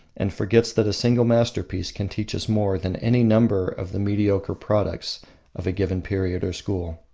and forgets that a single masterpiece can teach us more than any number of the mediocre products of a given period or school.